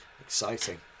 Exciting